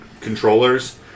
controllers